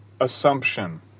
assumption